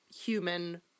human